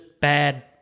bad